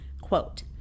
Quote